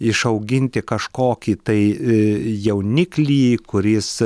išauginti kažkokį tai jauniklį kuris